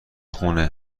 خونه